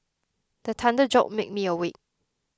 the thunder jolt me awake